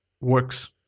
works